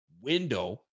window